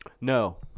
No